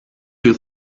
you